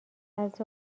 نزد